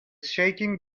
shaking